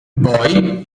boy